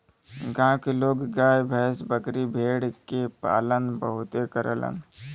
गांव के लोग गाय भैस, बकरी भेड़ के पालन बहुते करलन